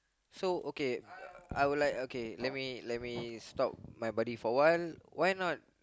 so okay I would like okay let me let me stop my buddy for a while why not